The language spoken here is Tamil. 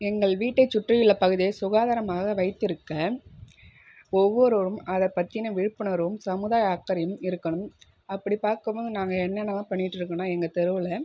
எங்கள் வீட்டைச் சுற்றியுள்ள பகுதியை சுகாதாரமாக வைத்திருக்க ஒவ்வொருவரும் அதை பற்றின விழிப்புணர்வும் சமுதாய அக்கறையும் இருக்கணும் அப்படி பார்க்கும்போது நாங்கள் என்னனல்லாம் பண்ணிகிட்டு இருக்கோன்னா எங்கள் தெருவில்